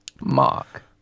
Mark